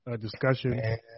discussion